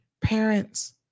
parents